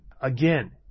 Again